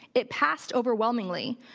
it passed overwhelmingly.